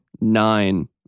nine